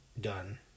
done